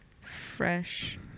fresh